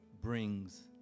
brings